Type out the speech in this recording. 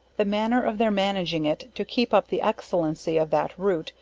the manner of their managing it to keep up the excellency of that root,